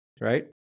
right